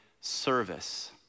service